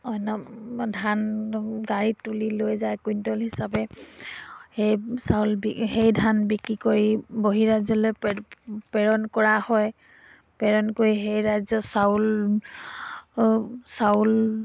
অন্য ধান গাড়ীত তুলি লৈ যায় কুইণ্টল হিচাপে সেই চাউল সেই ধান বিক্ৰী কৰি বহি ৰাজ্য়লৈ প্ৰেৰণ কৰা হয় প্ৰেৰণ কৰি সেই ৰাজ্য চাউল চাউল